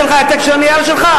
אני אתן לך העתק של הנייר שלך.